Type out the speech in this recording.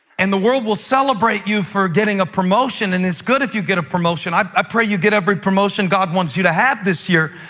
and the world will celebrate you for getting a promotion, and it's good if you get a promotion. i pray you get every promotion god wants you to have this year,